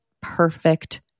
perfect